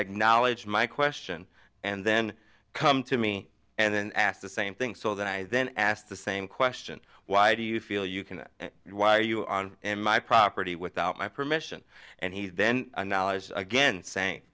acknowledge my question and then come to me and then asked the same thing so that i then asked the same question why do you feel you can why are you on my property without my permission and he then knowledge again sa